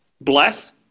bless